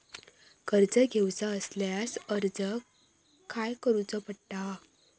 कर्ज घेऊचा असल्यास अर्ज खाय करूचो पडता?